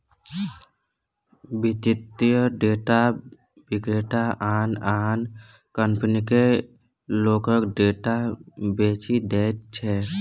वित्तीय डेटा विक्रेता आन आन कंपनीकेँ लोकक डेटा बेचि दैत छै